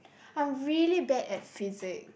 I'm really bad at Physics